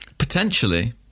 Potentially